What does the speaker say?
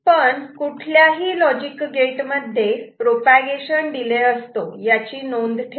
पण कुठल्याही logic gate मध्ये प्रोपागेशन डिले असतो याची नोंद ठेवा